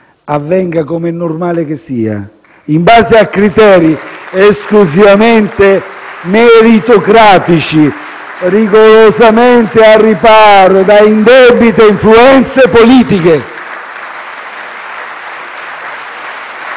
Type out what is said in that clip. avvengano, come è normale che sia, in base a criteri esclusivamente meritocratici e rigorosamente al riparo da indebite influenze politiche.